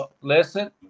listen